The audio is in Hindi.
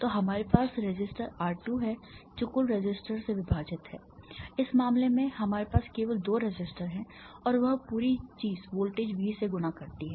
तो हमारे पास रेसिस्टर R 2 है जो कुल रेसिस्टर से विभाजित है इस मामले में हमारे पास केवल 2 रेसिस्टर हैं और वह पूरी चीज वोल्टेज V से गुणा करती है